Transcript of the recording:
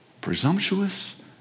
Presumptuous